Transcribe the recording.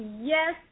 Yes